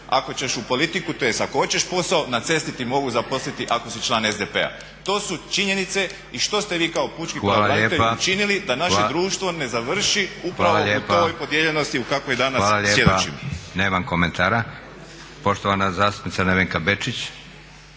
"Ako ćeš u politiku, tj. ako hoćeš posao na cesti ti mogu zaposliti ako si član SDP-a." To su činjenice i što ste vi kao pučki pravobranitelj učinili da naše društvo ne završi upravo u toj podijeljenosti o kakvoj danas svjedočimo. **Leko, Josip (SDP)** Hvala lijepa. Nema komentara. Poštovana zastupnica Nevenka Bečić,